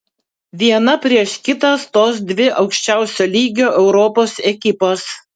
viena prieš kitą stos dvi aukščiausio lygio europos ekipos